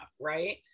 right